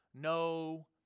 no